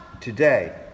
today